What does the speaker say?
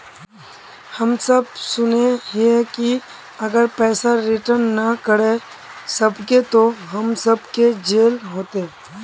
हम सब सुनैय हिये की अगर पैसा रिटर्न ना करे सकबे तो हम सब के जेल होते?